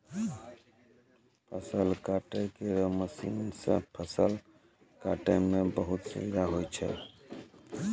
फसल काटै केरो मसीन सँ फसल काटै म बहुत सुबिधा होय छै